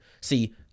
See